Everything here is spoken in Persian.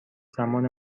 زمان